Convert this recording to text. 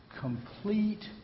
complete